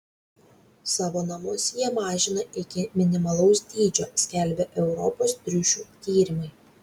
savo namus jie mažina iki minimalaus dydžio skelbia europos triušių tyrimai